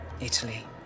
Italy